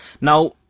Now